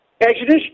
Exodus